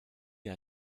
dir